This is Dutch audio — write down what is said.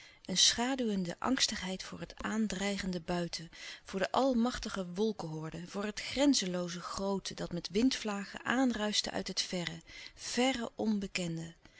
een schaduwende angstigheid voor het aandreigende buiten voor de almachtige wolkenhorden voor het grenzenlooze groote dat met windvlagen aanruischte uit het verre verre onbekende